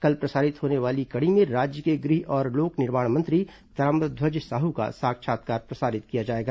कल प्रसारित होने वाली कड़ी में राज्य के गृह और लोक निर्माण मंत्री ताम्रध्वज साहू का साक्षात्कार प्रसारित किया जाएगा